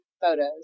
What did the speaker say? photos